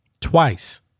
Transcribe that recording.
Twice